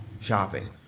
shopping